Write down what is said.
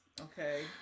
okay